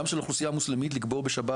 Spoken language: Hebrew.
גם של האוכלוסייה הערבית לקבור בשבת.